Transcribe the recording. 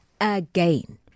again